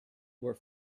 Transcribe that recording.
were